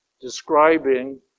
describing